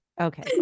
Okay